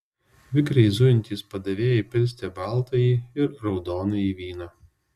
vikriai zujantys padavėjai pilstė baltąjį ir raudonąjį vyną